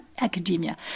academia